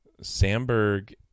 Sandberg